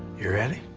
you ready?